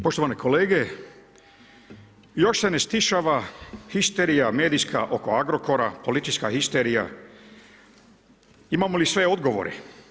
Poštovani kolege, još se ne stišava histerija medijska oko Agrokora, politička histerija, imamo li sve odgovore?